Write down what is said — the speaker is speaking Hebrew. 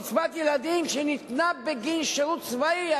קצבת ילדים שניתנה בגין שירות צבאי.